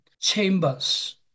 Chambers